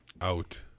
Out